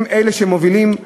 הם אלה שמובילים.